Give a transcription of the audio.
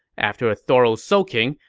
after a thorough soaking,